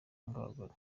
abagore